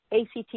ACT